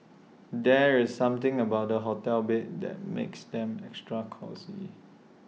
there is something about hotel beds that makes them extra cosy